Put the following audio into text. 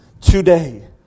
Today